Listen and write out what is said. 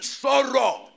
sorrow